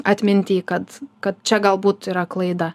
atminty kad kad čia galbūt yra klaida